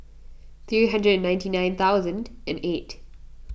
three hundred and ninety nine thousand and eight